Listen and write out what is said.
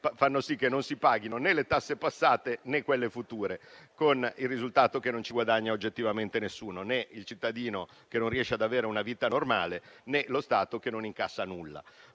fanno sì che non si paghino né le tasse passate, né quelle future, con il risultato che non ci guadagna oggettivamente nessuno, né il cittadino che non riesce ad avere una vita normale, né lo Stato che non incassa nulla.